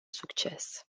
succes